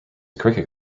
cricket